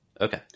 okay